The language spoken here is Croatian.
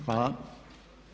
Hvala.